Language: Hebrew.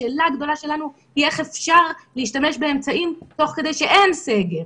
השאלה הגדולה שלנו היא איך אפשר להשתמש באמצעים תוך כדי שאין סגר.